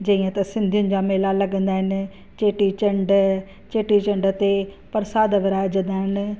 जीअं त सिंधीयुनि जा मेला लगंदा आहिनि चेटीचंड चेटीचंड ते परसाद विराइजदा आहिनि